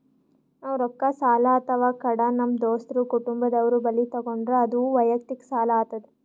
ನಾವ್ ರೊಕ್ಕ ಸಾಲ ಅಥವಾ ಕಡ ನಮ್ ದೋಸ್ತರು ಕುಟುಂಬದವ್ರು ಬಲ್ಲಿ ತಗೊಂಡ್ರ ಅದು ವಯಕ್ತಿಕ್ ಸಾಲ ಆತದ್